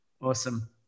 Awesome